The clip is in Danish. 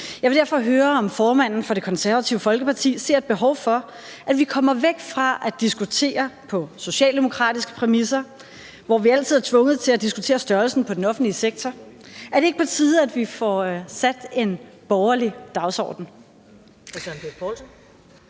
Jeg vil derfor høre, om formanden for Det Konservative Folkeparti ser et behov for, at vi kommer væk fra at diskutere på socialdemokratiske præmisser, hvor vi altid er tvunget til at diskutere størrelsen på den offentlige sektor. Er det ikke på tide, at vi får sat en borgerlig dagsorden?